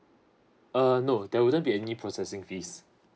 err no there wouldn't be any processing fees